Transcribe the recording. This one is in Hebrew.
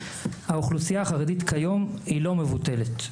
האוכלוסייה החרדית כיום היא לא מבוטלת.